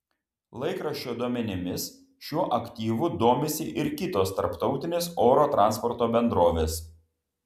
laikraščio duomenimis šiuo aktyvu domisi ir kitos tarptautinės oro transporto bendrovės